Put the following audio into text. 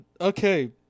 okay